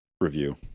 review